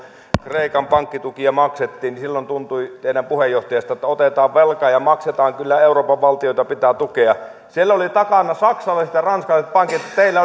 kreikan pankkitukia maksettiin niin silloin tuntui teidän puheenjohtajastanne että otetaan velkaa ja maksetaan kyllä euroopan valtioita pitää tukea siellä olivat takana saksalaiset ja ranskalaiset pankit ja teillä